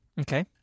Okay